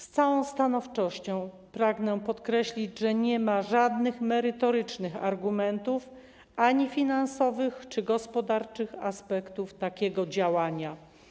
Z całą stanowczością pragnę podkreślić, że nie ma żadnych merytorycznych argumentów finansowych czy gospodarczych aspektów, jeśli chodzi o takie działanie.